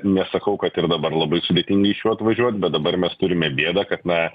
nesakau kad ir dabar labai sudėtingai atvažiuot bet dabar mes turime bėdą kad na